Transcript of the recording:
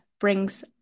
brings